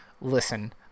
Listen